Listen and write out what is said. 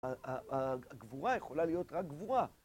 הגבורה יכולה להיות רק גבורה